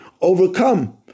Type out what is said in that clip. overcome